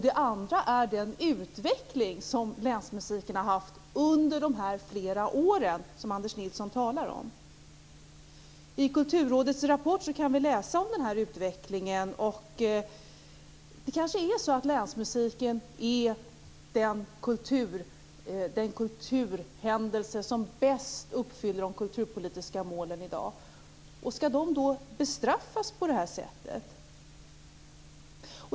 Den andra är den utveckling som länsmusiken har haft under de många år som Anders Nilsson talar om. I Kulturrådets rapport kan vi läsa om denna utveckling. Det kanske är så att länsmusiken är den kulturhändelse som bäst uppfyller de kulturpolitiska målen i dag. Skall länsmusiken då bestraffas på det här sättet?